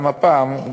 גם הפעם,